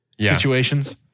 situations